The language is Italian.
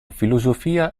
filosofia